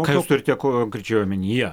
ką jūs turite konkrečiai omenyje